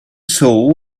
saw